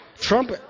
Trump